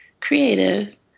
creative